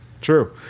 true